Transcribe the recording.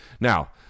Now